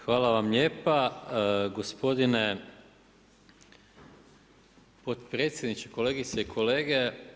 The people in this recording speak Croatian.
Hvala vam lijepa gospodine podpredsjedniče, kolegice i kolege.